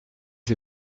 les